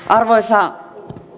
arvoisa